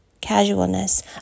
casualness